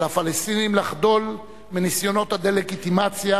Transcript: על הפלסטינים לחדול מניסיונות הדה-לגיטימציה